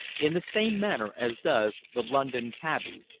in the same manner as does the london cabby.